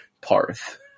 parth